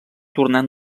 tornar